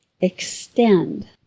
Extend